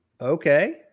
Okay